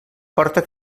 porta